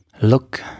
Look